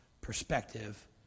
perspective